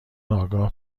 آگاه